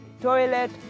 toilet